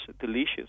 delicious